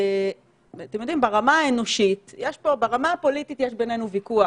אתם יודעים שברמה האנושית יש פה ברמה הפוליטית יש בינינו ויכוח.